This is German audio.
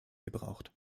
gebraucht